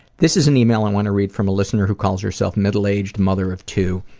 this is an email i want to read from a listener who calls herself middle-aged mother of two.